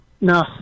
No